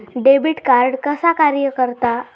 Debit card कसा कार्य करता?